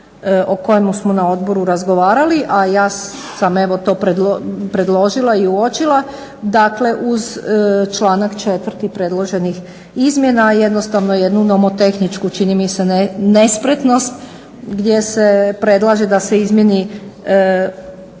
o kojemu smo na odboru razgovarali, a ja sam evo to predložila i uočila. Dakle, uz članak 4. predloženih izmjena jednostavno jednu nomotehničku čini mi se nespretnost gdje se predlaže da se izmijeni